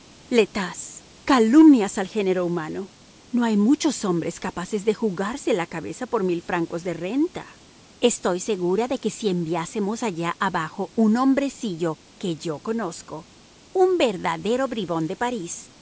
tas calumnias al género humano no hay muchos hombres capaces de jugarse la cabeza por mil francos de renta estoy segura de que si enviásemos allá abajo un hombrecillo que yo conozco un verdadero bribón de parís